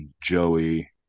Joey